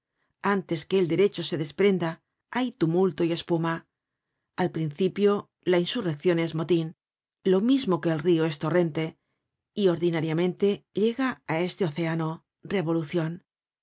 antes que el derecho se desprenda hay tumulto y espuma al principio la insurreccion es motin lo mismo que el rio es torrente y ordinariamente llega á este océano revolucion